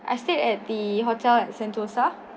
I stayed at the hotel at Sentosa